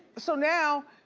so now,